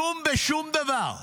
כלום ושום דבר.